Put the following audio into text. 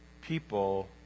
people